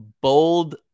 bold